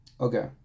Okay